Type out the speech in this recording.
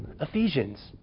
Ephesians